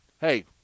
hey